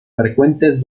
frecuentes